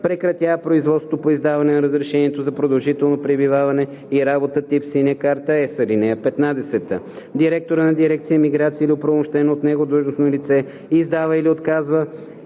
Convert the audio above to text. прекратява производството по издаване на разрешението за продължително пребиваване и работа тип „Синя карта на ЕС“. (15) Директорът на дирекция „Миграция“ или оправомощено от него длъжностно лице издава или отказва